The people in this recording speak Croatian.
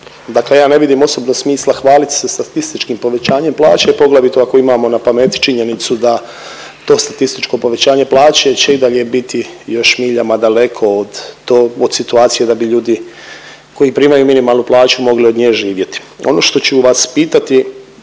dakle ja ne vidim osobno smisla hvaliti se statističkim povećanjem plaće, poglavito ako imamo na pameti činjenicu da to statističko povećanje plaće će i dalje biti još miljama daleko od situacije da bi ljudi koji primaju minimalnu plaću mogli od nje živjeti. Ono što ću vas pitati,